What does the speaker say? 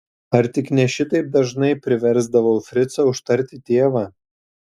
ar tik ne šitaip dažnai priversdavau fricą užtarti tėvą